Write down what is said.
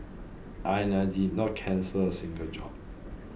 I night did not cancel a single job